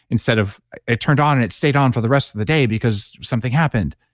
instead of it turned on, and it stayed on for the rest of the day because something happened.